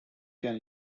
can